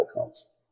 outcomes